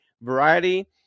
variety